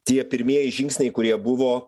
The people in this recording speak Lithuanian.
tie pirmieji žingsniai kurie buvo